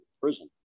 prison